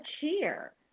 cheer